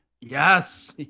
Yes